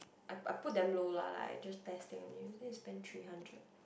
I I put damn low lah like I just testing only so we spent three hundred